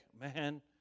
Man